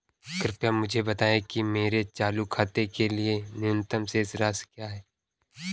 कृपया मुझे बताएं कि मेरे चालू खाते के लिए न्यूनतम शेष राशि क्या है?